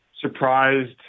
surprised